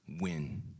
win